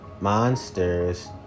monsters